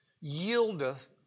yieldeth